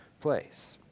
place